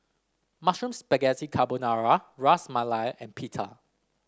Mushroom Spaghetti Carbonara Ras Malai and Pita